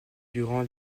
durant